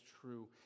true